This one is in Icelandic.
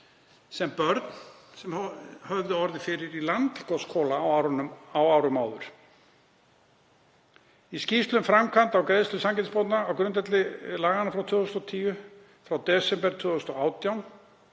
sem börn höfðu orðið fyrir í Landakotsskóla á árum áður. Í skýrslu um framkvæmd á greiðslu sanngirnisbóta á grundvelli laganna frá 2010 frá desember 2018